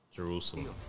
Jerusalem